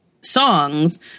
songs